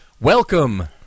Welcome